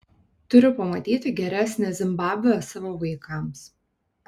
turiu pamatyti geresnę zimbabvę savo vaikams